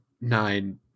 Nine